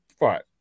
right